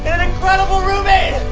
an incredible roommate.